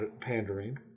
pandering